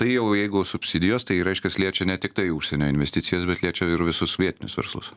tai jau jeigu subsidijos tai reiškias liečia ne tiktai užsienio investicijas bet liečia ir visus vietinius verslus